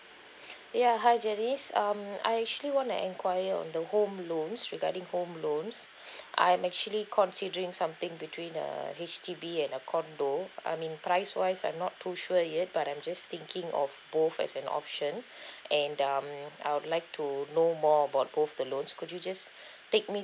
ya hi janice um I actually wanna inquire on the home loans regarding home loans I'm actually considering something between the H_D_B and a condo I mean price wise I'm not too sure yet but I'm just thinking of both as an option and um I would like to know more about both the loans could you just take me